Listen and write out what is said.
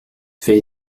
fait